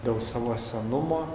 dėl savo senumo